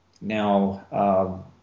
Now